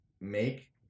Make